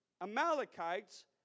Amalekites